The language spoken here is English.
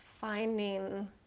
finding